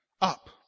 up